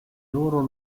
loro